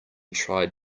tried